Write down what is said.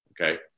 Okay